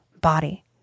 body